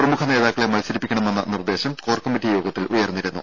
പ്രമുഖ നേതാക്കളെ മത്സരിപ്പിക്കണമെന്ന നിർദ്ദേശം കോർ കമ്മിറ്റി യോഗത്തിൽ ഉയർന്നിരുന്നു